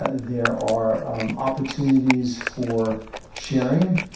ah there are opportunities for sharing,